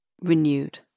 renewed